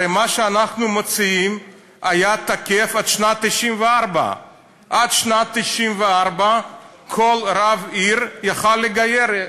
הרי מה שאנחנו מציעים היה תקף עד שנת 1994. עד שנת 1994 כל רב עיר היה יכול לגייר,